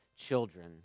children